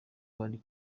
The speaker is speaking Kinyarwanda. bari